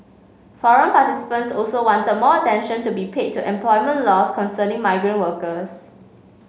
forum participants also wanted more attention to be paid to employment laws concerning migrant workers